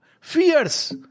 fears